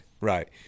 right